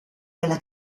della